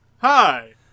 Hi